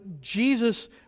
Jesus